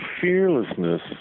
fearlessness